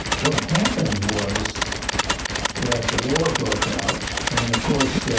what happened was that the war broke out. and of course,